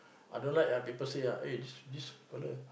I don't like ah people say ah this this fella